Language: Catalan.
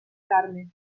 carme